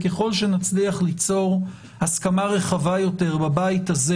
ככל שנצליח להגיע להסכמה רחבה יותר בתוך הבית הזה